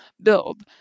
build